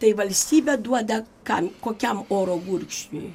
tai valstybė duoda kam kokiam oro gurkšniui